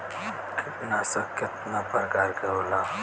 कीटनाशक केतना प्रकार के होला?